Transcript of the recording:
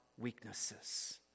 weaknesses